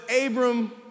Abram